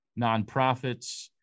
nonprofits